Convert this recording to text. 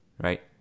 right